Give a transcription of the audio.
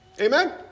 amen